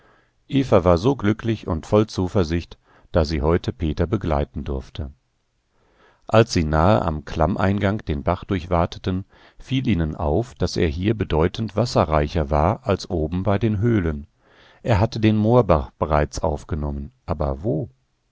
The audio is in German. war so glücklich und voll zuversicht da sie heute peter begleiten durfte als sie nahe am klammeingang den bach durchwateten fiel ihnen auf daß er hier bedeutend wasserreicher war als oben bei den höhlen er hatte den moorbach bereits aufgenommen aber wo